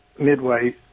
Midway